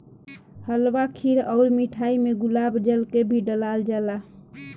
हलवा खीर अउर मिठाई में गुलाब जल के भी डलाल जाला